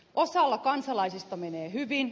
osalla kansalaisista menee hyvin